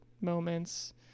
moments